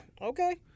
Okay